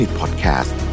podcast